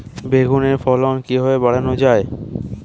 বেগুনের ফলন কিভাবে বাড়ানো যায়?